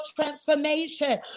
transformation